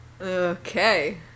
Okay